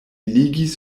ligis